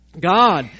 God